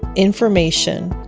information